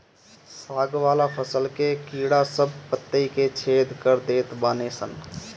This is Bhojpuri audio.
साग वाला फसल के कीड़ा सब पतइ के छेद कर देत बाने सन